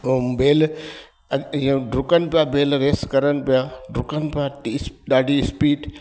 ओ बैल ईअं डुकन पिया बेल रेस करण पिया डुकनि पिया ई ॾाढी स्पीड